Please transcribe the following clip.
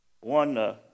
One